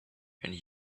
and